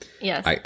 yes